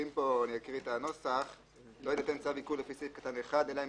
אני אקרא את הנוסח: "לא יינתן צו עיקול לפי סעיף קטון (1) אלא אם